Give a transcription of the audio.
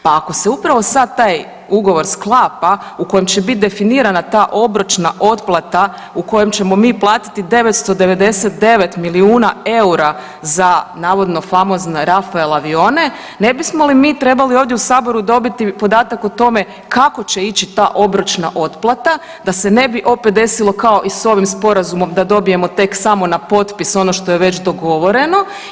Pa ako se upravo sada taj ugovor sklapa u kojem će biti definirana ta obročna otplata u kojem ćemo mi platiti 999 milijuna eura za navodno famozne Rafael avione ne bismo li mi trebali ovdje u Saboru dobiti podatak o tome kako će ići ta obročna otplata da se ne bi opet desilo kao i sa ovim Sporazumom da dobijemo tek samo na potpis ono što je već dogovoreno?